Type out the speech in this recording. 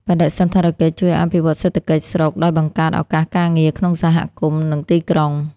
បដិសណ្ឋារកិច្ចជួយអភិវឌ្ឍសេដ្ឋកិច្ចស្រុកដោយបង្កើតឱកាសការងារក្នុងសហគមន៍ និងទីក្រុង។